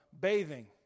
bathing